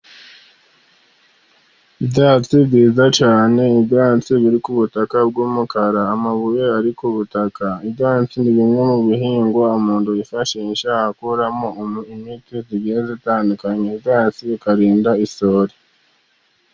Ibyatsi byiza cyane, ibyatsi biri ku butaka bw'umukara, amabuye ari ku butaka. Ibyatsi ni bimwe mu bihingwa umuntu yifashisha akuramo imiti igiye itandukanye. Ibyatsi bikarinda isuri.